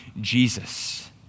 Jesus